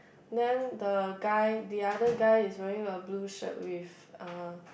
then the guy the other guy is wearing a blue shirt with uh